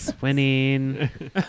Winning